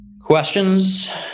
Questions